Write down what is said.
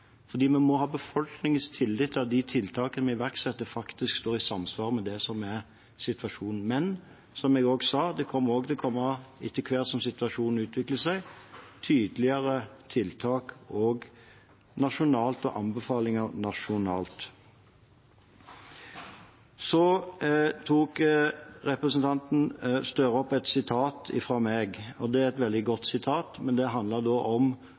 Vi må ha befolkningens tillit til at de tiltakene vi iverksetter, faktisk er i samsvar med det som er situasjonen. Men som jeg også sa – etter hvert som situasjonen utvikler seg, vil det komme tydeligere tiltak og anbefalinger nasjonalt. Representanten Gahr Støre nevnte et sitat fra meg. Det er et veldig godt sitat, og det handler om håndteringen av vaksinasjon i den situasjonen en var i da